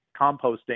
composting